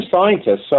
scientists